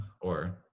or-